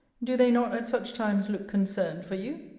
do they not, at such times, look concerned for you?